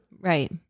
Right